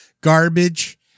garbage